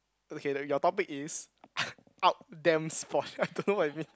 okay that your topic is out damn sport I don't know what is means